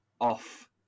off